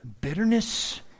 Bitterness